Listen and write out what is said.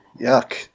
Yuck